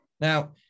Now